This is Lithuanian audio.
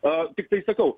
a tiktai sakau